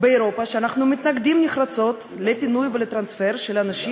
באירופה שמתנגדות נחרצות לפינוי ולטרנספר של האנשים